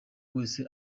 wese